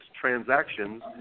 transactions